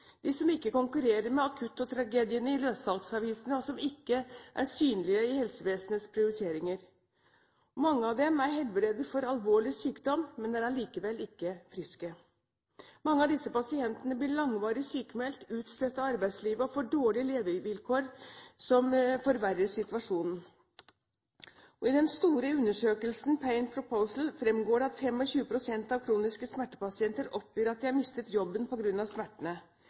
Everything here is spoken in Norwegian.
de som ikke konkurrerer med akuttragediene i løssalgsavisene, og som ikke er synlige i helsevesenets prioriteringer. Mange av dem er helbredet for alvorlig sykdom, men er allikevel ikke friske. Mange av disse pasientene blir langvarig sykmeldt, utstøtt av arbeidslivet og får dårlige levekår som forverrer situasjonen. I den store undersøkelsen Pain Proposal fremgår det at 25 pst. av kroniske smertepasienter oppgir at de har mistet jobben på grunn av smertene.